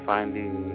finding